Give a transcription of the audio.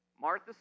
Martha